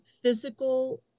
physical